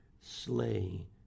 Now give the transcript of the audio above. slay